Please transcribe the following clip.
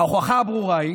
ההוכחה הברורה היא